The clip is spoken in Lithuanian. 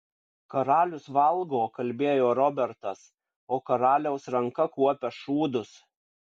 karalius valgo kalbėjo robertas o karaliaus ranka kuopia šūdus